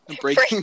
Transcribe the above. Breaking